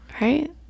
Right